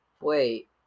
wait